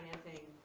financing